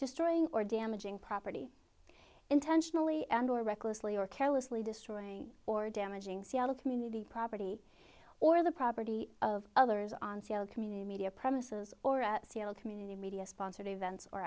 destroying or damaging property intentionally and or recklessly or carelessly destroying or damaging seattle community property or the property of others on sale community media premises or at seattle community media sponsored events or